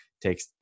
takes